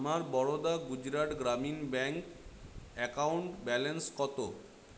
আমার Baroda Gujarat Gramin bank account balance কত